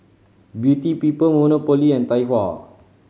Beauty People Monopoly and Tai Hua